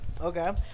Okay